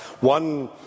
one